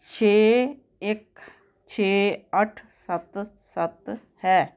ਛੇ ਇੱਕ ਛੇ ਅੱਠ ਸੱਤ ਸੱਤ ਹੈ